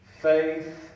faith